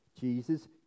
Jesus